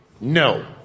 No